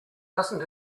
doesn’t